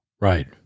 Right